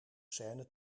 scene